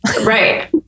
Right